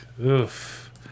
oof